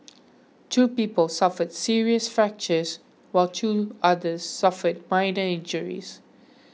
two people suffered serious fractures while two others suffered minor injuries